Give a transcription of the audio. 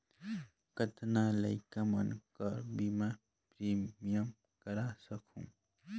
कतना लइका मन कर बीमा प्रीमियम करा सकहुं?